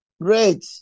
Great